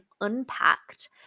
unpacked